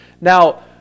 Now